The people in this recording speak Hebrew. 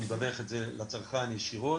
והוא מדווח את זה לצרכן ישירות